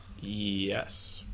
Yes